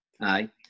Aye